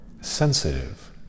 sensitive